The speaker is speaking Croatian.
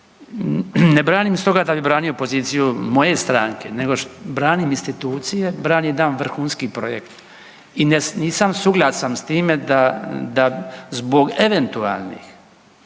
ne branim stoga da bi branio poziciju moje stranke nego branim institucije, branim jedan vrhunski projekt i nisam suglasan s time da zbog eventualnih